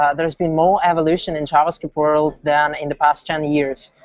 ah there's been more evolution in javascript world than in the past twenty years.